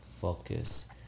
focus